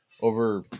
over